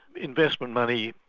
investment money,